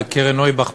קרן נויבך,